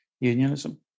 unionism